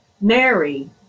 Mary